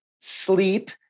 sleep